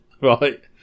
right